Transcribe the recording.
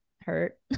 hurt